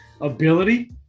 ability